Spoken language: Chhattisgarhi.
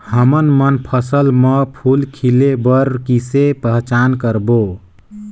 हमन मन फसल म फूल खिले बर किसे पहचान करबो?